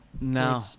No